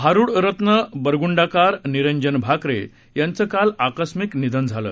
भारूडरत्न बुरगुंडाकार निरंजन भाकरे यांचं काल आकस्मिक निधन झालं